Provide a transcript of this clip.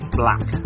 black